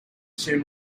soon